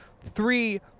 three